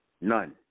None